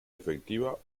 efectiva